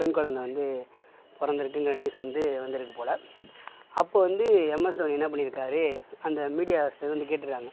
பெண் குழந்த வந்து பிறந்துருக்குங்குற நியூஸ் வந்து வந்திருக்கு போல அப்போது வந்து எம் எஸ் தோனி என்ன பண்ணியிருக்காரு அந்த மீடியாஸில் வந்து கேட்டிருக்காங்க